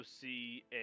see